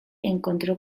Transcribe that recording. encontró